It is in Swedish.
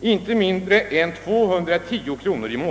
inte mindre än 210 kronor.